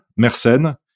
Mersenne